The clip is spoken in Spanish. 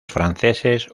franceses